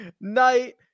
night